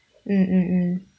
mm mm mm